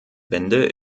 wende